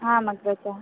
आम् अग्रज